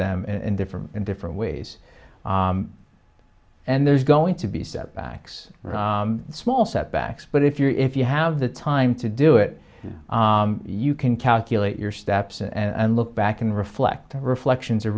them in different in different ways and there's going to be setbacks small setbacks but if you're if you have the time to do it you can calculate your steps and look back and reflect reflections are